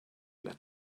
let